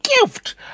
gift